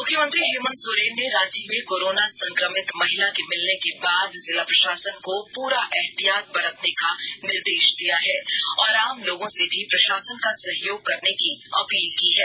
मुख्यमंत्री हेमन्त सोरेन ने रांची में कोरोना संक्रमित महिला के मिलने के बाद जिला प्रषासन को पूरा एहतियात बरतने का निर्देष दिया है और आम लोगों से भी प्रषासन का सहयोग करने की अपील की है